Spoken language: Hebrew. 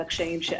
על הקשיים,